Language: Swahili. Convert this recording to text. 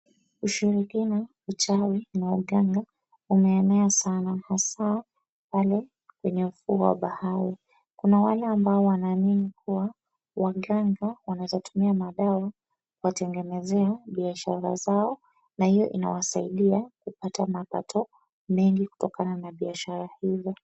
Ushirikina, uchawi na uganga unaenea sana hasaa pale kwenye ufuo wa bahari. Kuna wale ambao wanaamia kua waganga wanaweza tumia madawa kuwatengenezea biashara zao na hiyo inawasaidia kupata mapato mengi kutokana na biashara hizo.